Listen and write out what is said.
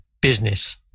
business